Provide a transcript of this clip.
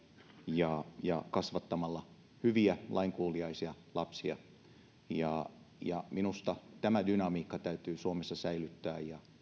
ja ja kasvattamalla hyviä lainkuuliaisia lapsia minusta tämä dynamiikka täytyy suomessa säilyttää ja